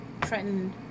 Trenton